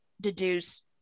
deduce